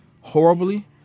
horribly